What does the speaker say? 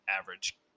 average